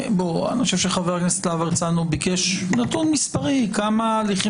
אני חושב שחבר הכנסת להב הרצנו ביקש נתון מספרי של כמה הליכים